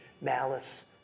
malice